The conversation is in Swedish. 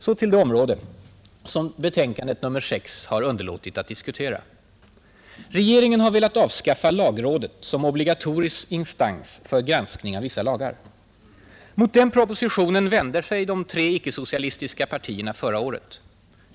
Så till det område som betänkandet nr 6 har underlåtit att diskutera. Regeringen har velat avskaffa lagrådet som obligatorisk instans för granskning av vissa lagar. Mot den propositionen vände sig de tre icke-socialistiska partierna förra året.